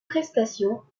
prestations